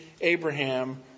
Abraham